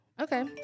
Okay